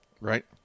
right